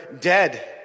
dead